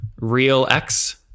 RealX